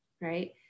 right